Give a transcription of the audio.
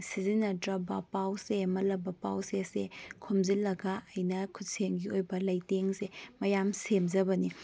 ꯁꯤꯖꯤꯅꯗ꯭ꯔꯕ ꯄꯥꯎꯆꯦ ꯃꯜꯂꯕ ꯄꯥꯎꯆꯦꯁꯦ ꯈꯣꯝꯖꯤꯜꯂꯒ ꯑꯩꯅ ꯈꯨꯠꯁꯦꯝꯒꯤ ꯑꯣꯏꯕ ꯂꯩꯇꯦꯡꯁꯦ ꯃꯌꯥꯝ ꯁꯦꯝꯖꯕꯅꯦ